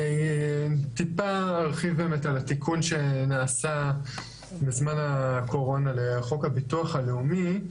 אני טיפה ארחיב באמת על התיקון שנעשה בזמן הקורונה לחוק הביטוח הלאומי.